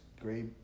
great